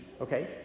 okay